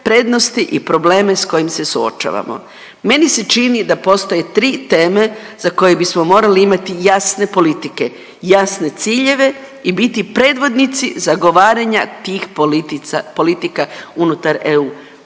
prednosti i probleme s kojim se suočavamo? Meni se čini da postoje tri teme za koje bismo morali imati jasne politike, jasne ciljeve i biti predvodnici zagovaranja tih politika unutar EU.